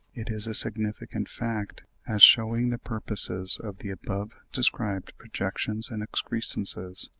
it is a significant fact, as shewing the purposes of the above-described projections and excrescences,